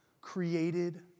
created